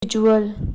visual